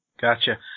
Gotcha